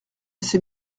sait